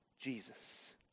Jesus